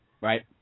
Right